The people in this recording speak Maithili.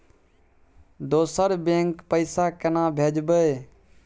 दोसर बैंक पैसा केना भेजबै?